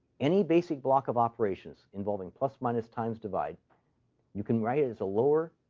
any basic block of operations involving plus, minus, times, divide you can write it as a lower